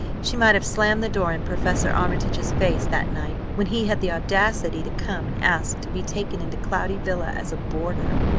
she might have slammed the door in professor armitage's face that night when he had the audacity to come and ask to be taken into cloudy villa as a boarder.